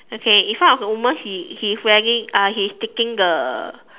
okay in front of the woman he he's wearing uh he's taking the